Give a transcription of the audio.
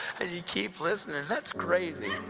and you keep listening that's crazy!